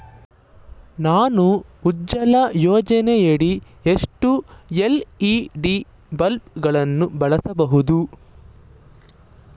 ನಾನು ಉಜಾಲ ಯೋಜನೆಯಡಿ ಎಷ್ಟು ಎಲ್.ಇ.ಡಿ ಬಲ್ಬ್ ಗಳನ್ನು ಬಳಸಬಹುದು?